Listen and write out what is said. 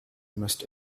must